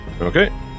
Okay